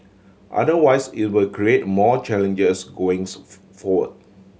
otherwise it will create more challenges going so forward